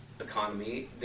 economy